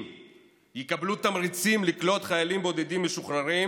יקבלו תמריצים לקלוט חיילים בודדים משוחררים,